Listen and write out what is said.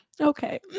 Okay